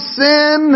sin